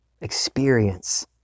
experience